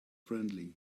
friendly